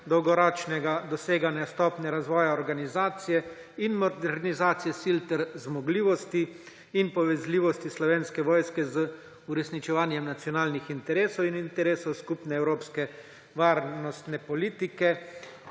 dolgoročnega doseganja stopnje razvoja organizacije in modernizacije sil ter zmogljivosti in povezljivosti Slovenske vojske z uresničevanjem nacionalnih interesov in interesov skupne evropske varnostne politike